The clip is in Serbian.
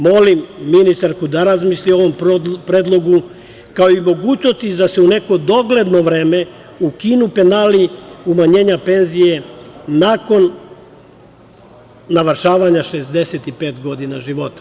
Molim ministarku da razmisli o ovom predlogu, kao i mogućnosti da se u neko dogledno vreme ukinu penali umanjenja penzije nakon navršavanja 65 godina života.